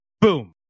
boom